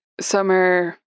summer